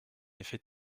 effet